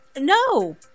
No